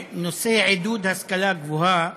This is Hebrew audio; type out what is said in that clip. שנושא עידוד השכלה גבוהה